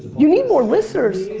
you need more listeners?